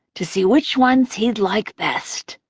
to see which ones he'd like best.